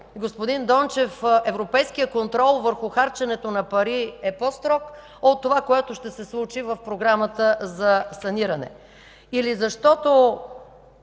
господин Дончев, европейският контрол върху харченето на пари е по-строг от това, което ще се случи в Програмата за саниране? Или пък